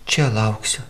čia lauksiu